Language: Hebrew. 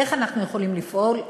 איך אנחנו יכולים לפעול,